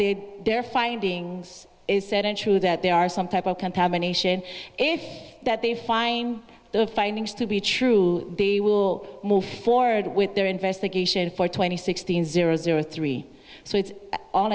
had their findings true that they are some type of contamination if that they find the findings to be true they will move forward with their investigation for twenty sixteen zero zero three so it's all